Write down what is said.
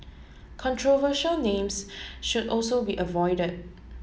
controversial names should also be avoided